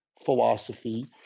philosophy